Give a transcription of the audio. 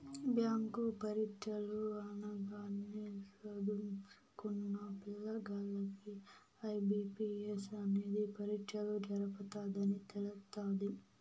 bank పరీచ్చలు అనగానే సదుంకున్న పిల్లగాల్లకి ఐ.బి.పి.ఎస్ అనేది పరీచ్చలు జరపతదని తెలస్తాది